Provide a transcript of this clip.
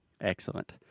Excellent